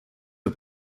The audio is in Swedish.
upp